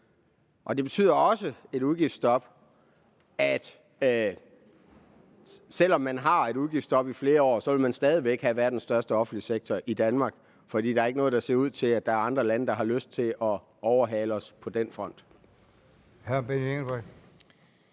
betyder også – og det er, selv om der er et udgiftsstop i flere år – at vi stadig væk vil have verdens største offentlige sektor i Danmark, for der er ikke noget, der tyder på, at der er andre lande, der har lyst til at overhale os på den front.